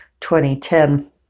2010